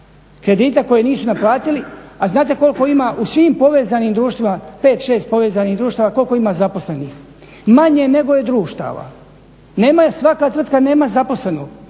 kredite koji nisu naplatili, a znate koliko ima u svim povezanim društvima, 5-6 povezanih društava koliko ima zaposlenih? Manje nego je društava. Svaka tvrtka nema zaposlenog,